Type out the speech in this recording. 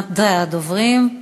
רשימת הדוברים.